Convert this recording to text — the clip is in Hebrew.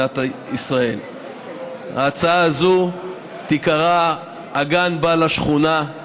ההצעה הזאת תיקרא "הגן בא לשכונה",